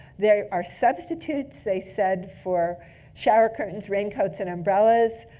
there are substitutes, they said, for shower curtains, raincoats, and umbrellas.